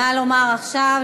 נא לומר עכשיו,